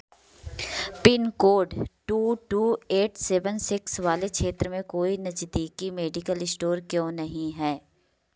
pin code two two eight seven six वाले क्षेत्र में कोई नज़दीकी मेडिकल इश्टोर क्यों नहीं हैं